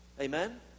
amen